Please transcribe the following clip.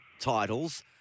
titles